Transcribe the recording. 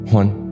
one